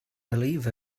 believe